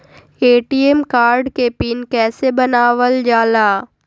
ATM card के pin कैसे बनावल जाला?